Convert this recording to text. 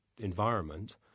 environment